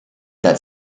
that